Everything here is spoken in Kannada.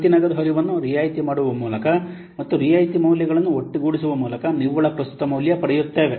ಪ್ರತಿ ನಗದು ಹರಿವನ್ನು ರಿಯಾಯಿತಿ ಮಾಡುವ ಮೂಲಕ ಮತ್ತು ರಿಯಾಯಿತಿ ಮೌಲ್ಯಗಳನ್ನು ಒಟ್ಟುಗೂಡಿಸುವ ಮೂಲಕ ನಿವ್ವಳ ಪ್ರಸ್ತುತ ಮೌಲ್ಯ ಪಡೆಯುತ್ತೇವೆ